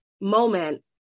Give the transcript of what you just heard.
moment